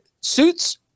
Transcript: suits